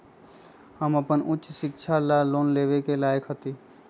हम अपन उच्च शिक्षा ला लोन लेवे के लायक हती?